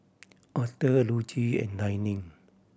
Author Dulcie and Dallin